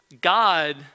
God